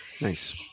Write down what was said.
Nice